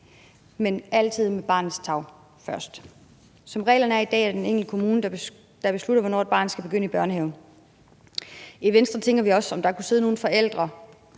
men altid barnets tarv. Som reglerne er i dag, er det den enkelte kommune, der beslutter, hvornår et barn skal begynde i børnehave. I Venstre tænker vi også, om der kunne sidde nogle forældre,